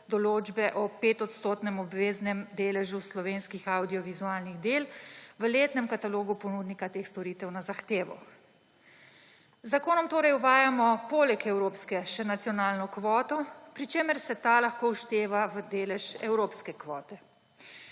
določbe o 5-odstotnem obveznem deležu slovenskih avdiovizualnih del v letnem katalogu ponudnika teh storitev na zahtevo. Z zakonom torej uvajamo poleg evropske še nacionalno kvoto, pri čemer se ta lahko všteva v delež evropske kvote.